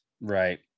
right